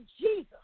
Jesus